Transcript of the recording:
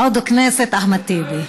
עדו אל-כנסת אחמד טיבי.